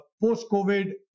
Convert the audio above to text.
post-COVID